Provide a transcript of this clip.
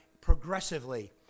progressively